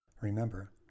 Remember